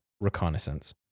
reconnaissance